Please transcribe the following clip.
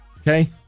Okay